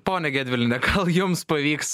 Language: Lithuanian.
pone gedviliene gal jums pavyks